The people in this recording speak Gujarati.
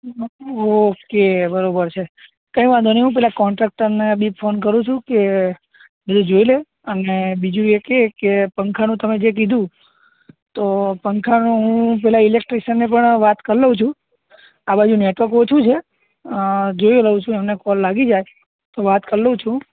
ઓકે બરાબર છે કંઈ વાંધો નહીં હું પેલા કોન્ટ્રાક્ટરને બી ફોન કરું છું કે એ જોઈ લે અને બીજું એક એ કે પંખાનું તમે જે કીધું હતું તો પંખાનું હું પેલા ઇલેક્ટ્રિશિયનનને પણ વાત કરી લઉં છું આ બાજુ નેટવર્ક ઓછું છે જોઈ લઉં છું એમને કોલ લાગી જાય તો વાત કર લઉં છું